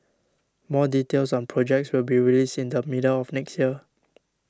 more details on projects will be released in the middle of next year